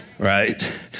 Right